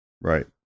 Right